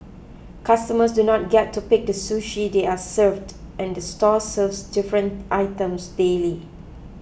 customers do not get to pick the sushi they are served and the store serves different items daily